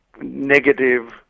negative